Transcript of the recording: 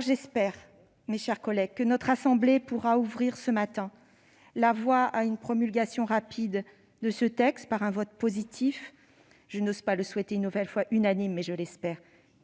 J'espère donc que notre assemblée pourra ouvrir ce matin la voie à une promulgation rapide de ce texte, par un vote positif- je n'ose pas le souhaiter une nouvelle fois unanime, même si je l'espère